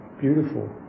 beautiful